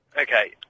Okay